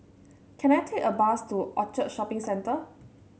can I take a bus to Orchard Shopping Centre